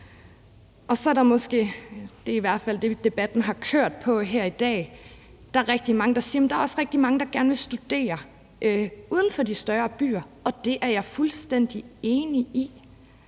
Så er der måske – det er i hvert fald det, debatten har kørt på her i dag – rigtig mange, der siger, at der også er rigtig mange, der gerne vil studere uden for de større byer, og det er jeg fuldstændig enig i.